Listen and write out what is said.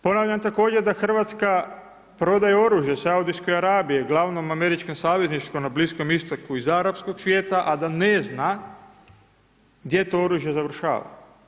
Ponavljam također da Hrvatska prodaje oružje Saudijskoj Arabiji glavnom američkom savezniku na Bliskom Istoku iz arapskog svijeta, a da ne zna gdje to oružje završava.